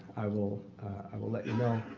i will i will let you know.